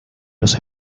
los